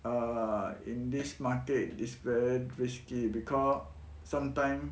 err in this market is very risky because sometime